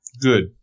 Good